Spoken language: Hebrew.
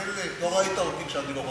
תאמין לי, לא ראית אותי כשאני לא רגוע.